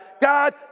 God